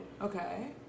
Okay